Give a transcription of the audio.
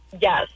Yes